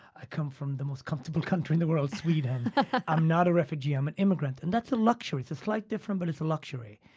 i come from the most comfortable country in the world sweden. i'm not a refugee i'm an immigrant, and that's a luxury. it's a slight difference, but it's a luxury,